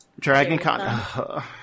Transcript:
DragonCon